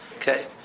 Okay